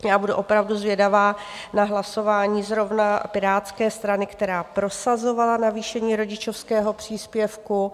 Já budu opravdu zvědavá na hlasování zrovna Pirátské strany, která prosazovala navýšení rodičovského příspěvku.